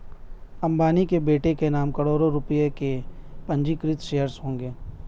अंबानी के बेटे के नाम करोड़ों रुपए के पंजीकृत शेयर्स होंगे